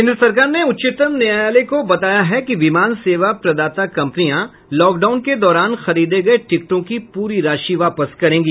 केन्द्र सरकार ने उच्चतम न्यायालय को बताया है कि विमान सेवा प्रदाता कंपनियां लॉकडाउन के दौरान खरीदे गए टिकटों की पूरी राशि वापस करेंगी